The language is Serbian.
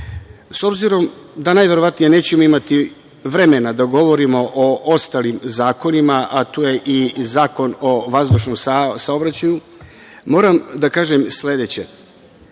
obzirom da najverovatnije nećemo imati vremena da govorimo o ostalim zakonima, a tu je i Zakon o vazdušnom saobraćaju, moram da kažem i sledeće.